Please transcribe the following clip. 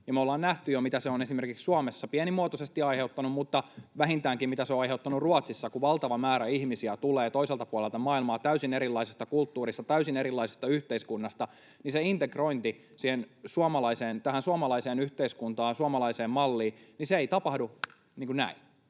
Me ollaan nähty jo, mitä se on esimerkiksi Suomessa pienimuotoisesti aiheuttanut mutta mitä se on vähintäänkin aiheuttanut Ruotsissa: kun valtava määrä ihmisiä tulee toiselta puolelta maailmaa täysin erilaisesta kulttuurista, täysin erilaisesta yhteiskunnasta, niin se integrointi tähän suomalaiseen yhteiskuntaan ja suomalaiseen malliin ei tapahdu niin kuin näin.